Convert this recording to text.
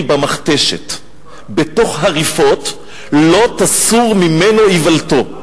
במכתש בתוך הריפות לא תסור ממנו איוולתו.